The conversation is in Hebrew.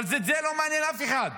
אבל זה לא מעניין אף אחד.